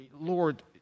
Lord